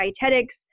Dietetics